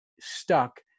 stuck